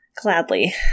Gladly